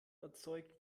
erzeugt